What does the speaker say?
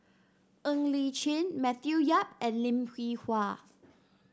Ng Li Chin Matthew Yap and Lim Hwee Hua